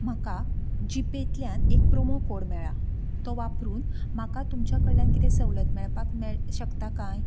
म्हाका जिपेंतल्यान एक प्रोमो कोड मेळ्ळां तो वापरून म्हाका तुमच्या कडल्यान कितेंय सवलत मेळपाक शकता काय